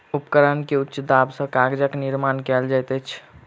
उपकरण के उच्च दाब सॅ कागजक निर्माण कयल जाइत अछि